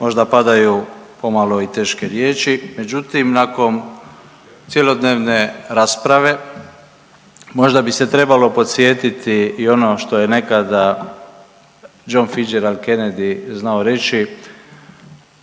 možda padaju pomalo i teške riječi, međutim nakon cjelodnevne rasprave možda bi se trebalo podsjetiti i ono što je nekada John Fitzgerald Kennedy znao reći,